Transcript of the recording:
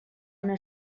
una